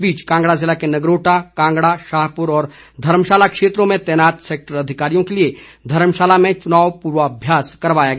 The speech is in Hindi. इस बीच कांगड़ा जिले के नगरोटा कांगड़ा शाहपुर और धर्मशाला क्षेत्रों में तैनात सैक्टर अधिकारियों के लिए धर्मशाला में चुनाव पूर्वाभ्यास करवाया गया